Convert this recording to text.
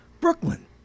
Brooklyn